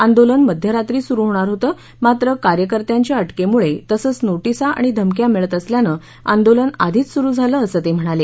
आंदोलन मध्यरात्री सुरू होणार होतं मात्र कार्यकर्त्यांच्या अटकेमुळे तसंच नोटीसा आणि धमक्या मिळत असल्यानं आंदोलन आधीच सुरु झालं असं ते म्हणाले